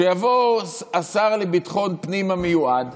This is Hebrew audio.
שיבוא השר לביטחון הפנים המיועד,